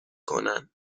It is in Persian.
کنن